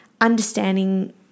understanding